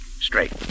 Straight